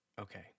Okay